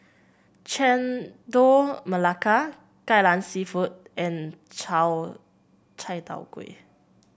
Chendol Melaka Kai Lan seafood and Chai Tow Kuay